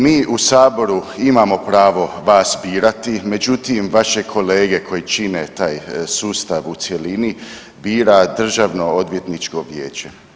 Mi u saboru imamo pravo vas birati, međutim vaše kolege koji čine taj sustav u cjelini bira Državno odvjetničko vijeće.